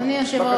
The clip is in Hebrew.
בבקשה.